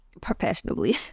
professionally